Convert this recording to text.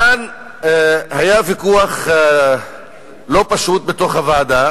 כאן היה ויכוח לא פשוט בתוך הוועדה